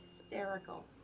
hysterical